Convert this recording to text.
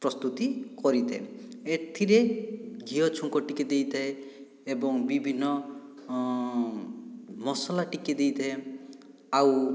ପ୍ରସ୍ତୁତି କରିଥାଏ ଏଥିରେ ଘିଅ ଛୁଙ୍କ ଟିକିଏ ଦେଇଥାଏ ଏବଂ ବିଭିନ୍ନ ମସଲା ଟିକିଏ ଦେଇଥାଏ ଆଉ